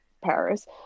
Paris